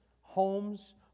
homes